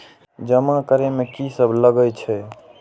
जमा करे में की सब लगे छै?